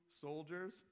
soldiers